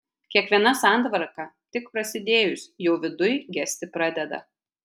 kiekviena santvarka tik prasidėjus jau viduj gesti pradeda